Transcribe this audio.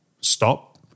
stop